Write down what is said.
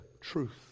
truth